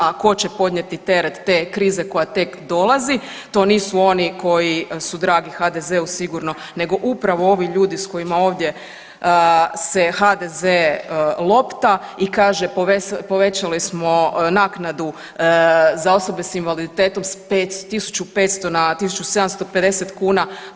A tko će podnijeti teret te krize koja tek dolazi to nisu oni koji su dragi HDZ-u, nego upravo ovi ljudi sa kojima ovdje se HDZ lopta i kaže povećali smo naknadu za osobe sa invaliditetom sa 1500 na 1750 kuna.